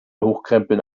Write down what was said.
hochkrempeln